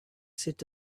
sit